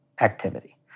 activity